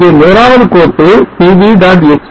இங்கே முதலாவது கோப்பு pv